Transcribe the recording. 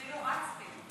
אפילו רצתי.